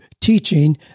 teaching